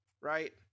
right